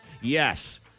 Yes